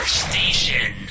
station